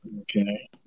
Okay